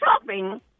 shopping